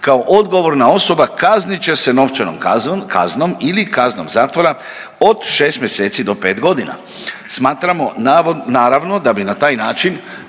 kao odgovorna osoba kaznit će se novčanom kaznom ili kaznom zatvora od šest mjeseci do pet godina. Smatramo naravno da bi na taj način